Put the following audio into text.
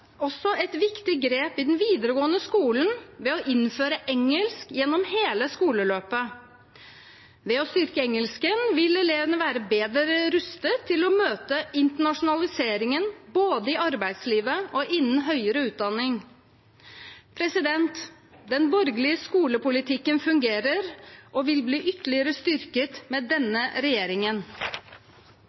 også et viktig grep i den videregående skolen ved å innføre engelsk gjennom hele skoleløpet. Ved å styrke engelsken vil elevene være bedre rustet til å møte internasjonaliseringen både i arbeidslivet og innen høyere utdanning. Den borgerlige skolepolitikken fungerer og vil bli ytterligere styrket med denne regjeringen.